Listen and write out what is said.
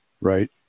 right